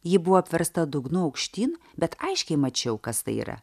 ji buvo apversta dugnu aukštyn bet aiškiai mačiau kas tai yra